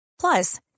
plus